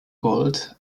gold